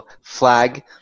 flag